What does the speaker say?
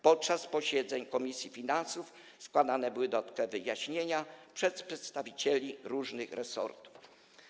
Podczas posiedzeń Komisji Finansów Publicznych składane były dodatkowe wyjaśnienia przez przedstawicieli różnych resortów.